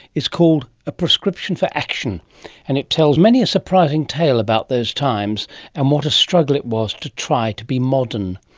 is called a prescription for action and it tells many a surprising tale about those times and what a struggle it was to try to be modern.